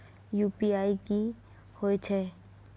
UPI की होय छै?